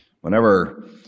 Whenever